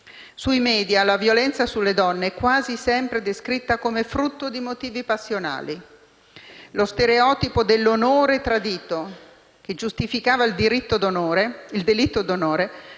Sui *media* la violenza sulle donne è quasi sempre descritta come frutto di motivi passionali. Lo stereotipo dell'onore tradito, che giustificava il delitto d'onore,